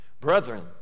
Brethren